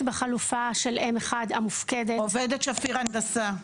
בחלופה של M1 המופקדת -- עובדת שפיר הנדסה.